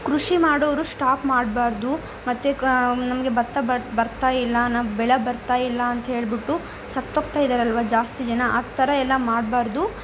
ಕೃಷಿ ಮಾಡೋರು ಶ್ಟಾಪ್ ಮಾಡಬಾರ್ದು ಮತ್ತು ಕಾ ನಮಗೆ ಭತ್ತ ಬರ ಬರ್ತಾ ಇಲ್ಲ ನಾ ಬೆಳೆ ಬರ್ತಾ ಇಲ್ಲ ಅಂಥೇಳ್ಬಿಟ್ಟು ಸತ್ತೋಗ್ತಾ ಇದ್ದಾರಲ್ವ ಜಾಸ್ತಿ ಜನ ಆ ಥರ ಎಲ್ಲ ಮಾಡಬಾರ್ದು